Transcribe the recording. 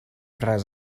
res